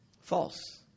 False